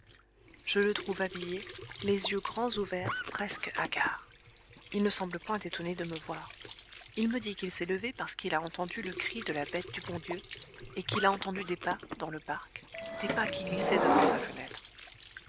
je le trouve habillé les yeux grands ouverts presque hagards il ne semble point étonné de me voir il me dit qu'il s'est levé parce qu'il a entendu le cri de la bête du bon dieu et qu'il a entendu des pas dans le parc des pas qui glissaient devant sa fenêtre